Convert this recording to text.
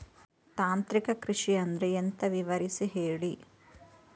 ತಾಂತ್ರಿಕ ಕೃಷಿ ಅಂದ್ರೆ ಎಂತ ವಿವರಿಸಿ ಹೇಳಿ